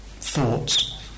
thoughts